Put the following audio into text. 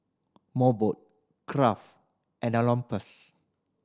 Mobot Kraft and